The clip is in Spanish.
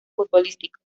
futbolístico